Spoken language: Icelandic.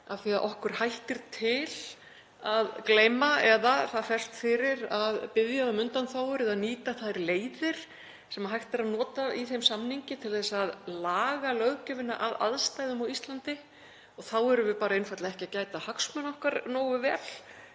af því að okkur hættir til að gleyma eða það ferst fyrir að biðja um undanþágur eða nýta þær leiðir sem hægt er að nota í þeim samningi til að laga löggjöfina að aðstæðum á Íslandi. Þá erum við einfaldlega ekki að gæta hagsmuna okkar nógu vel